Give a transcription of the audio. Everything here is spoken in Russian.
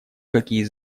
какие